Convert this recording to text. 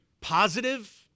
positive